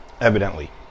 evidently